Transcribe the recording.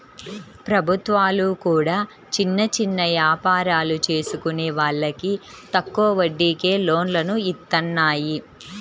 ప్రభుత్వాలు కూడా చిన్న చిన్న యాపారాలు చేసుకునే వాళ్లకి తక్కువ వడ్డీకే లోన్లను ఇత్తన్నాయి